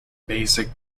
basic